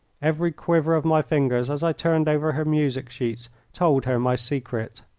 every quiver of my fingers as i turned over her music-sheets told her my secret.